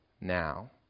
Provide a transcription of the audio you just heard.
now